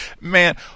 man